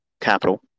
capital